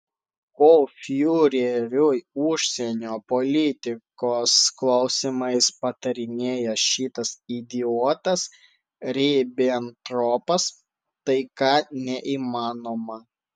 kol fiureriui užsienio politikos klausimais patarinėja šitas idiotas ribentropas taika neįmanoma